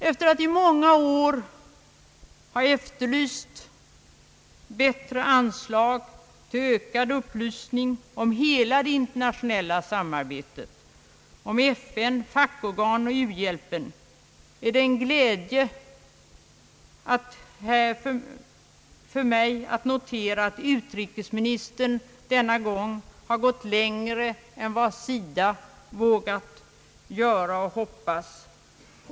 Efter att i många år ha efterlyst bättre anslag till ökad upplysning om hela det internationella samarbetet, om FN, fackorganen och u-hjälpen, är det en glädje för mig att notera att utrikesministern nu har gått längre än vad SIDA vågat göra.